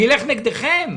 נלך נגדכם?